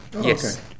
Yes